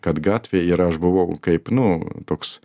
kad gatvė ir aš buvau kaip nu toks